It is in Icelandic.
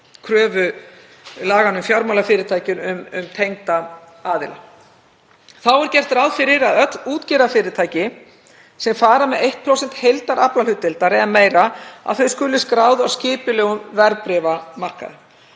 kröfu laga um fjármálafyrirtæki um tengda aðila. Þá er gert ráð fyrir að öll útgerðarfyrirtæki sem fara með 1% heildaraflahlutdeildar eða meira skuli skráð á skipulegum verðbréfamarkaði.